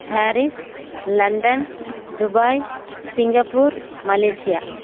Paris London Dubai Singapore Malaysia